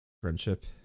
Friendship